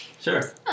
Sure